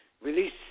release